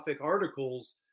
articles